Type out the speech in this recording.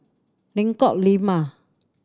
Lengkok Lima